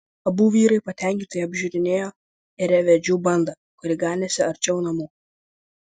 abu vyrai patenkinti apžiūrinėjo ėriavedžių bandą kuri ganėsi arčiau namų